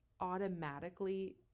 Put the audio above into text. automatically